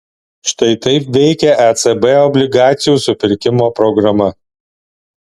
štai taip veikia ecb obligacijų supirkimo programa